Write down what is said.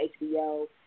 HBO